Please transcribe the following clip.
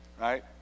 right